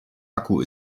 akku